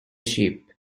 sheep